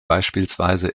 beispielsweise